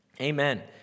Amen